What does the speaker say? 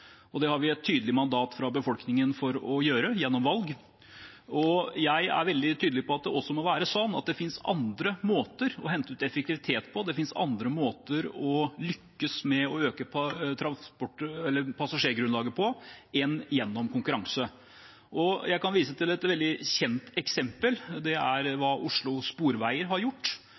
og det har vi, gjennom valg, et tydelig mandat fra befolkningen for å gjøre. Jeg er veldig tydelig på at det også må være sånn at det finnes andre måter å hente ut effektivitet på og andre måter å lykkes med å øke passasjergrunnlaget på enn gjennom konkurranse. Jeg kan vise til et veldig kjent eksempel, og det er hva Oslo Sporveier har gjort.